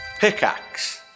Pickaxe